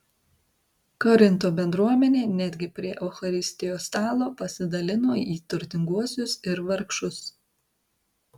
korinto bendruomenė netgi prie eucharistijos stalo pasidalino į turtinguosius ir vargšus